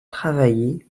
travaillé